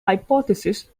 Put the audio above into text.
hypothesis